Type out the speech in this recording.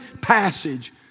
passage